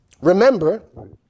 Remember